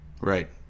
Right